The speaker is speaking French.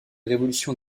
révolutions